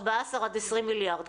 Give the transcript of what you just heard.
14 עד 20 מיליארד.